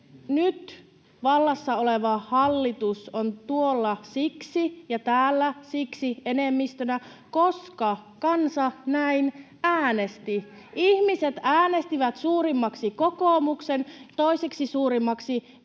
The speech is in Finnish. nyt vallassa oleva hallitus on tuolla siksi, ja täällä siksi, enemmistönä, koska kansa näin äänesti. Ihmiset äänestivät suurimmaksi kokoomuksen, toiseksi suurimmaksi